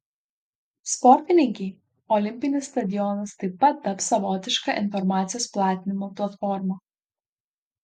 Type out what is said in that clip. sportininkei olimpinis stadionas taip pat taps savotiška informacijos platinimo platforma